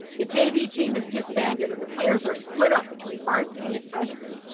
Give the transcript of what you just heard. the jv team is disbanded and the players are split up between varsity and freshmen.